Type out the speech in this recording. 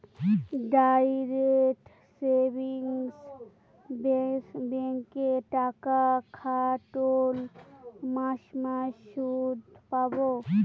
direct savings ব্যাঙ্কে টাকা খাটোল মাস মাস সুদ পাবো